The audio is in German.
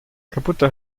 kaputte